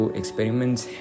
experiments